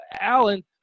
Alan